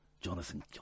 Jonathan